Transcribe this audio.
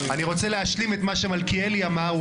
רוצה להשלים את מה שמלכיאלי אמר.